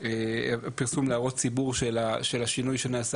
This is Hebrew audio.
פרסום להערות ציבור של השינוי שנעשה